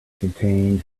contain